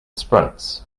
sprints